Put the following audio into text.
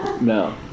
No